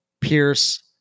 Pierce